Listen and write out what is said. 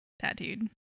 tattooed